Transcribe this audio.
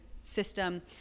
system